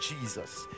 Jesus